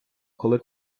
коли